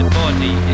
body